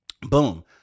boom